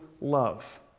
love